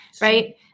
right